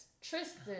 Tristan